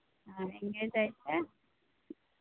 అదే ఇంకేంటయితే